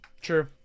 True